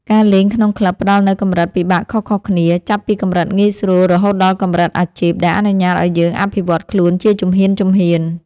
ការលេងក្នុងក្លឹបផ្ដល់នូវកម្រិតពិបាកខុសៗគ្នា ចាប់ពីកម្រិតងាយស្រួលរហូតដល់កម្រិតអាជីព ដែលអនុញ្ញាតឱ្យយើងអភិវឌ្ឍខ្លួនជាជំហានៗ។